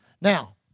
Now